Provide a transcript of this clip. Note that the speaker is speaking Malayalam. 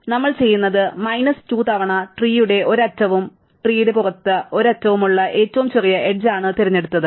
അതിനാൽ നമ്മൾ ചെയ്യുന്നത് മൈനസ് 2 തവണ ട്രീടെ ഒരു അറ്റവും മരത്തിന് പുറത്ത് ഒരു അറ്റവും ഉള്ള ഏറ്റവും ചെറിയ എഡ്ജ് ആണ് ഞങ്ങൾ തിരഞ്ഞെടുക്കുന്നത്